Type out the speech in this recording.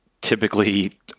typically